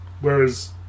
whereas